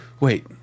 Wait